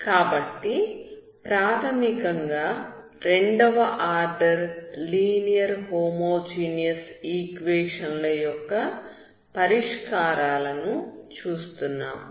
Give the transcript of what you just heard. కాబట్టి ప్రాథమికంగా రెండవ ఆర్డర్ లీనియర్ హోమోజీనియస్ ఈక్వేషన్ ల యొక్క పరిష్కారాలను చూస్తున్నాము